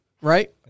right